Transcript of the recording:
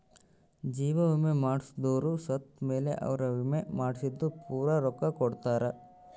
ಜೀವ ವಿಮೆ ಮಾಡ್ಸದೊರು ಸತ್ ಮೇಲೆ ಅವ್ರ ವಿಮೆ ಮಾಡ್ಸಿದ್ದು ಪೂರ ರೊಕ್ಕ ಕೊಡ್ತಾರ